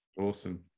Awesome